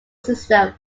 system